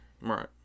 right